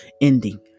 ending